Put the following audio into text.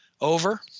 Over